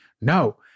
no